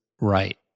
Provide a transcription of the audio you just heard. right